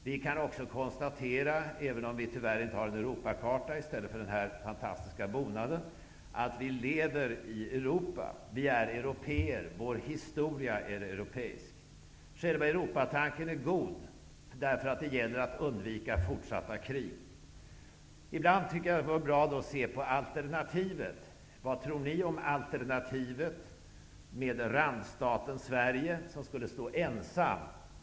Vi kan också konstatera, även om vi tyvärr inte har någon Europakarta här i stället för den fantastiska bonaden, att vi lever i Europa, att vi är européer och att vår historia är europeisk. Själva Europatanken är god, därför att det gäller att undvika fortsatta krig. Ibland är det bra att se på alternativet. Vad tror ni om alternativet med randstaten Sverige, som skulle stå ensam?